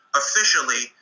officially